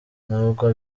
nubwo